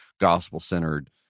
gospel-centered